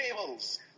tables